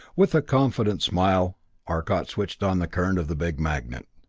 with a confident smile arcot switched on the current of the big magnet.